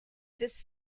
this